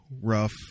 rough